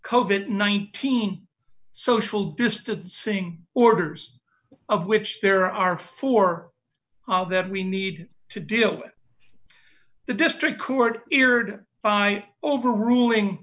covet nineteen social distancing orders of which there are four that we need to deal with the district court eared by overruling